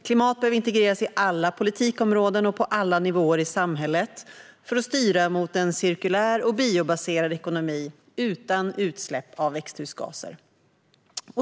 Klimat behöver integreras i alla politikområden och på alla nivåer i samhället för att styra mot en cirkulär och biobaserad ekonomi utan utsläpp av växthusgaser.